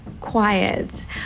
quiet